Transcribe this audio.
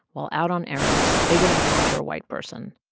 while out on errands, they would encounter a white person,